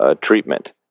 treatment